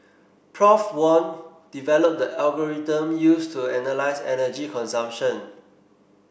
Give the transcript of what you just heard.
Prof Wen developed the algorithm used to analyse energy consumption